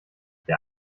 der